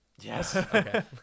Yes